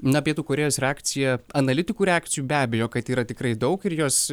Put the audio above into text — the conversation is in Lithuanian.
na pietų korėjos reakcija analitikų reakcijų be abejo kad yra tikrai daug ir jos